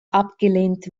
abgelehnt